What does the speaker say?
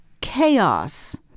chaos